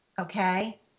okay